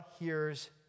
hears